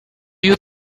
you